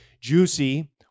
Juicy